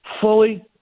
fully